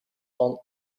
van